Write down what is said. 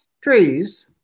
trees